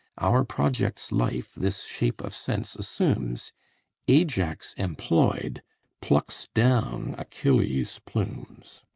our project's life this shape of sense assumes ajax employ'd plucks down achilles' plumes.